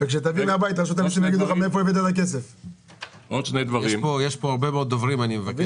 כשכל חודש ייבוא זה בערך שני מיליון שקל